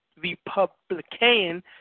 Republican